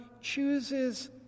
chooses